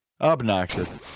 Obnoxious